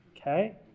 okay